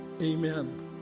Amen